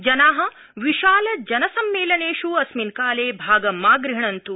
जना विशाल जनसम्मेलनेष् अस्मिन् काले भागं मा गृहणन्त्